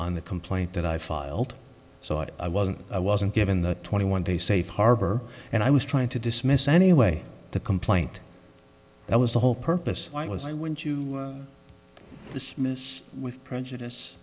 on the complaint that i filed so i wasn't i wasn't given the twenty one day safe harbor and i was trying to dismiss anyway the complaint that was the whole purpose was i want you dismiss with prejudice